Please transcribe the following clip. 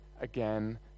again